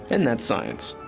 and that's science.